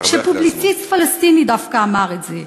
ופובליציסט פלסטיני דווקא אמר את זה: